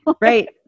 Right